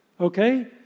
Okay